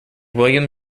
william